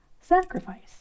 sacrifice